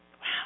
Wow